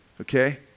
okay